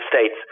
States